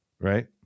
right